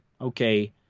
okay